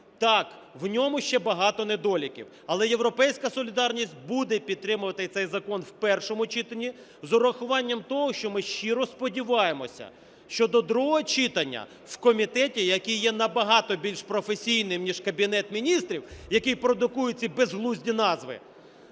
Так, в ньому ще багато недоліків. Але "Європейська солідарність" буде підтримувати цей закон в першому читанні, з урахуванням того, що ми щиро сподіваємося, що до другого читання в комітеті, який є набагато більш професійним ніж Кабінет Міністрів, який продукує ці безглузді назви,